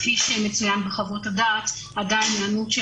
כפי שצוין בחוות הדעת עדיין ההיענות של